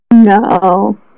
No